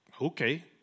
okay